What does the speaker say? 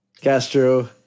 Castro